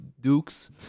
dukes